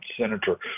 Senator